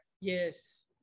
Yes